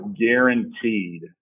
guaranteed